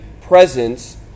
presence